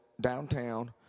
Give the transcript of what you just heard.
downtown